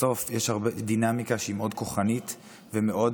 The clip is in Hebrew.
בסוף יש דינמיקה שהיא מאוד כוחנית ומאוד